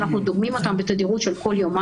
אנחנו עדיין רואים הבדלים די משמעותיים